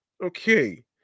Okay